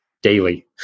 Daily